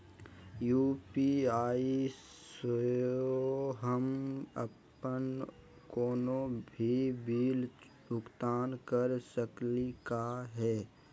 UPI स हम अप्पन कोनो भी बिल भुगतान कर सकली का हे?